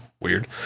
weird